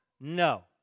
No